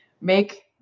make